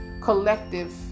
collective